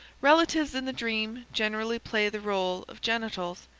relatives in the dream generally play the role of genitals.